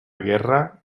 guerra